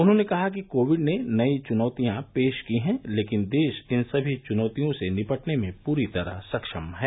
उन्होंने कहा कि कोविड ने नई चुनौतिया पेश की है लेकिन देश इन सभी चुनौतियों से निपटने में पूरी तरह सक्षम है